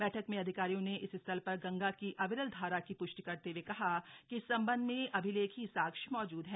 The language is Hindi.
बैठक में अधिकारियों ने इस स्थल पर गंगा की अविरलधारा की पुष्टि करते हुए कहा कि इस सम्बन्ध में अभिलेखीय साक्ष्य मौजूद है